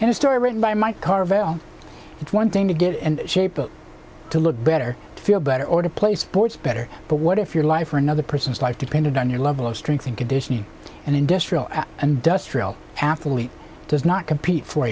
and a story written by mike carvel it's one thing to give and shape to look better feel better or to play sports better but what if your life or another person's life depended on your level of strength and conditioning and industrial and does trail athlete does not compete for